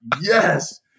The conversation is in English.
yes